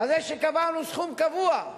בזה שקבענו סכום קבוע,